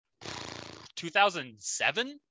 2007